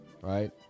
right